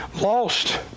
Lost